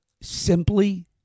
simply